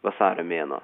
vasario mėnuo